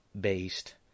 based